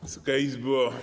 Wysoka Izbo!